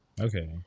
Okay